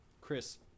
Chris